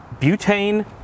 butane